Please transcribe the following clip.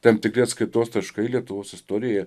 tam tikri atskaitos taškai lietuvos istorijoje